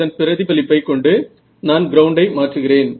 இதன் பிரதிபலிப்பை கொண்டு நான் கிரவுண்டை மாற்றுகிறேன்